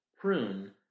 prune